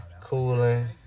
cooling